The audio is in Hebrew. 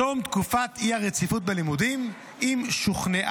תום תקופת האי-רציפות בלימודים אם שוכנע